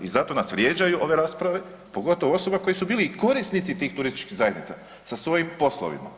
I zato nas vrijeđaju ove rasprave pogotovo od osoba koje su bili korisnici tih turističkih zajednica sa svojim poslovima.